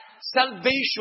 Salvation